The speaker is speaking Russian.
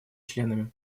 членами